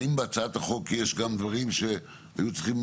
האם בהצעת החוק יש גם דברים שהיו צריכים